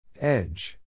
Edge